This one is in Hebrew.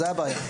זה הבעיה.